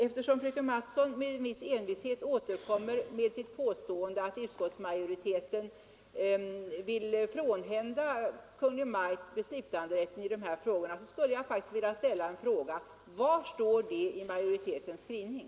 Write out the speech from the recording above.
Eftersom fröken Mattson med en viss envishet återkommer med sitt påstående att utskottsmajoriteten försöker frånhända Kungl. Maj:t beslutanderätten i de här frågorna, vill jag ställa en fråga: Var står det i majoritetens skrivning?